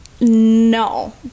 no